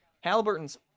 Halliburton's